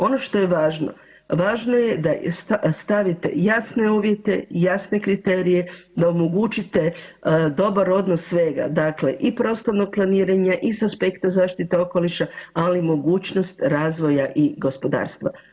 Ono što je važno, važno je da stavite jasne uvjete, jasne kriterije, da omogućite dobar odnos svega, dakle i prostornog planiranja i sa aspekta zaštite okoliša, ali mogućnost razvoja i gospodarstva.